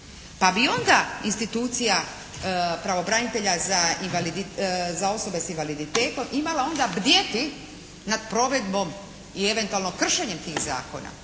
pa bi onda institucija pravobranitelja za osobe s invaliditetom imala onda bdjeti nad provedbom i eventualno kršenjem tih zakona